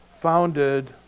founded